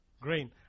grain